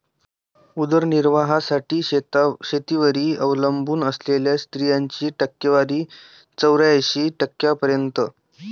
उदरनिर्वाहासाठी शेतीवर अवलंबून असलेल्या स्त्रियांची टक्केवारी चौऱ्याऐंशी टक्क्यांपर्यंत